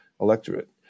electorate